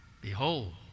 Behold